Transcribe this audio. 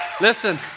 Listen